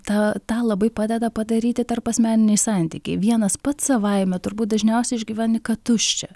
tą tą labai padeda padaryti tarpasmeniniai santykiai vienas pats savaime turbūt dažniausiai išgyveni kad tuščia